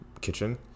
kitchen